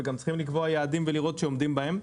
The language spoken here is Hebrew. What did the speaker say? וגם צריכים לקבוע יעדים ולראות שעומדים בהם.